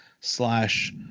slash